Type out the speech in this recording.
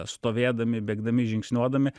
stovėdami bėgdami žingsniuodami